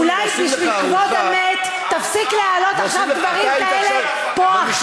אולי בשביל כבוד המת תפסיק להעלות עכשיו דברים כאלה פה.